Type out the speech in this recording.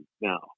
now